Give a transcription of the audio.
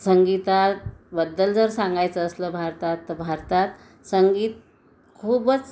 संगीताबद्दल जर सांगायचं असलं भारतात तर भारतात संगीत खूपच